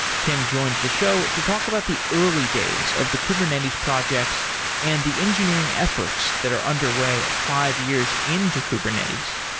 tim joins the show to talk about the early days of the kubernetes projects and the engineering efforts that are underway five years into kubernetes.